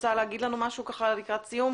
רוצה להגיד לנו משהו קצר לקראת סיום?